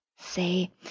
say